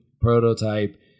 Prototype